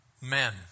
men